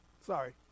Sorry